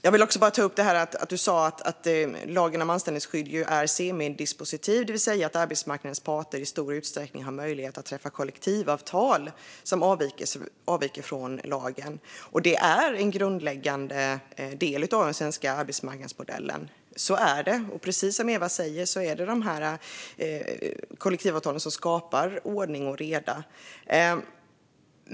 Jag vill också ta upp att Eva Nordmark sa att lagen om anställningsskydd är semidispositiv, det vill säga att arbetsmarknadens parter i stor utsträckning har möjlighet att träffa kollektivavtal som avviker från lagen. Det är en grundläggande del av den svenska arbetsmarknadsmodellen. Så är det, och precis som Eva säger är det kollektivavtalen som skapar ordning och reda.